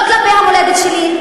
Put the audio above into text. לא כלפי המולדת שלי,